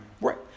right